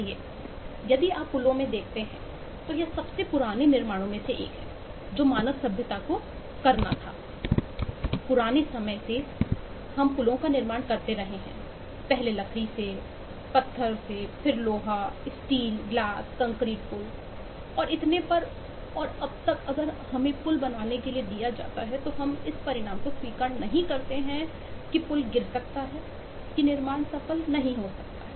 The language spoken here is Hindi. इसलिए यदि आप पुलों में देखते हैं तो यह सबसे पुराने निर्माणों में से एक है जो मानव सभ्यता को करना था पुराने समय से हम पुलों का निर्माण करते रहे हैं पहले लकड़ी से पत्थर फिर लोहा स्टील कंक्रीट पुल और इतने पर और अब तक अगर हमें पुल बनाने के लिए दिया जाता है तो हम इस परिणाम को स्वीकार नहीं करते हैं कि पुल गिर सकता है कि निर्माण सफल नहीं हो सकता है